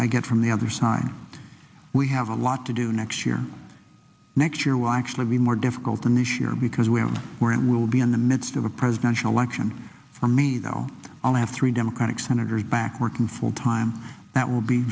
i get from the other side we have a lot to do next year next year will actually be more difficult an issue here because we all know where it will be in the midst of a presidential election for me though i'll have three democratic senators back working full time that will be